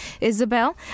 Isabel